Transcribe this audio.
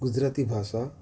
ગુજરાતી ભાષા